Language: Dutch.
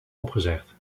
opgezegd